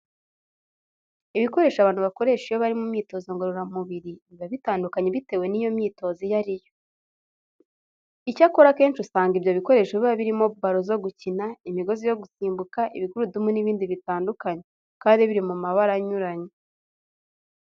Ibikoresho abantu bakoresha iyo bari mu myitozo ngiroramubiri, biba bitandukanye bitewe n'iyo myitozo iyo ari yo. Icyakora akenshi usanga ibyo bikoresho biba birimo balo zo gukina, imigozi yo gusimbuka, ibigurudumu n'ibindi bitandukanye kandi biri mu mabara anyuranye.